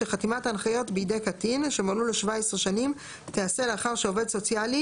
חתימת ההנחיות בידי קטין שמלאו לו 17 שנים תיעשה לאחר שעובד סוציאלי